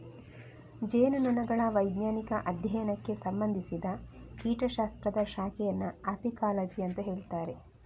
ಜೇನುನೊಣಗಳ ವೈಜ್ಞಾನಿಕ ಅಧ್ಯಯನಕ್ಕೆ ಸಂಬಂಧಿಸಿದ ಕೀಟ ಶಾಸ್ತ್ರದ ಶಾಖೆಯನ್ನ ಅಪಿಕಾಲಜಿ ಅಂತ ಹೇಳ್ತಾರೆ